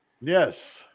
Yes